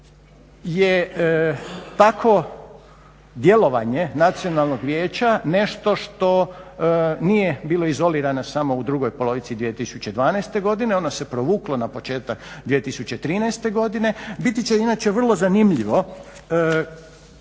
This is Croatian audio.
je takvo djelovanje Nacionalnog vijeća nešto što nije bilo izolirano samo u drugoj polovici 2012. godine, ono se provuklo na početak 2013. godine, biti će inače vrlo zanimljivo